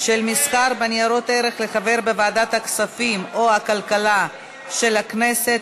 של מסחר בניירות ערך לחבר בוועדת הכספים או הכלכלה של הכנסת),